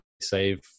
save